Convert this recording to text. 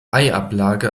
eiablage